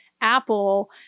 apple